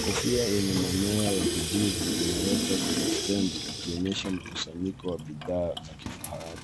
Kofia yenye manyoya ya kijivu imewekwa kwenye stendi ikionyesha mkusanyiko wa bidhaa za kifahari.